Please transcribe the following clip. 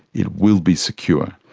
it will be secure.